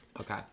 Okay